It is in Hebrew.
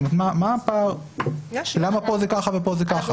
זאת אומרת, מה הפער ולמה כאן זה כך וכאן זה כך?